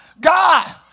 God